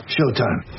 Showtime